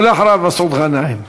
ואחריו, מסעוד גנאים.